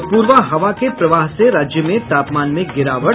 और पूर्वा हवा के प्रवाह से राज्य में तापमान में गिरावट